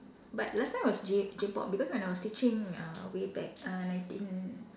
but last time was J J-pop because when I was teaching uh way back uh nineteen